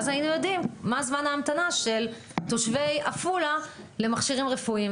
אז היינו יודעים מה זמן ההמתנה של תושבי עפולה למכשירים רפואיים.